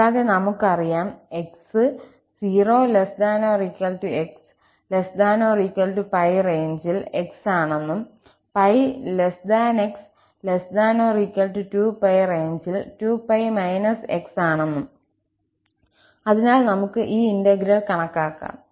കൂടാതെ നമുക്കറിയാം 𝑥 0 ≤ 𝑥 ≤ 𝜋 റേഞ്ചിൽ x ആണെന്നും 𝜋 𝑥 ≤ 2𝜋 റേഞ്ചിൽ 2𝜋 − 𝑥 ആണെന്നുംഅതിനാൽ നമുക്ക് ഈ ഇന്റഗ്രൽ കണക്കാക്കാം